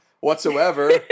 whatsoever